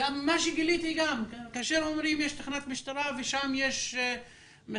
גיליתי שכאשר אומרים שיש תחנת משטרה ושם יש 50